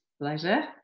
Pleasure